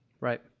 right